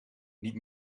niet